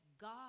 god